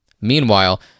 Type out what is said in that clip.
Meanwhile